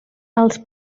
els